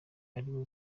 ariwe